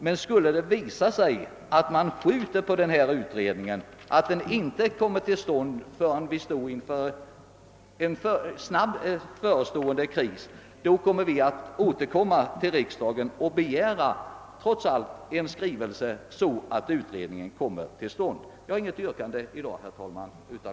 Men om man skjuter utredningen på framtiden till dess vi helt plötsligt står inför en kris, så kommer vi åter till riksdagen med vår begäran om utredning. Herr talman! Jag har i dag inget annat yrkande än bifall till utskottets hemställan.